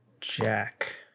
Jack